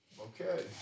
okay